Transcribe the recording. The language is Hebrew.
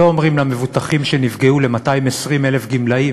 לא אומרים למבוטחים שנפגעו, ל-220,000 גמלאים